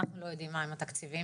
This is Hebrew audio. אנחנו לא יודעים מהם התקציבים.